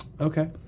Okay